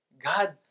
God